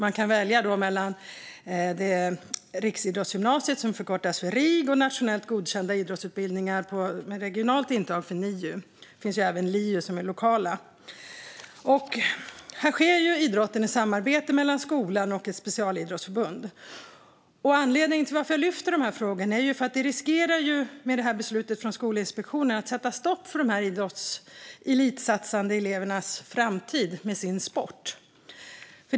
De kan välja mellan riksidrottsgymnasium, som förkortas RIG, och nationellt godkända idrottsutbildningar med regionalt intag, NIU. Det finns även LIU, som är lokala utbildningar. Här sker idrotten i samarbete mellan skolan och ett specialidrottsförbund. Anledningen till att jag lyfter frågorna är att nu riskerar beslutet från Skolinspektionen att sätta stopp för dessa elitsatsande elevers framtid inom deras sport.